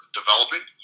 developing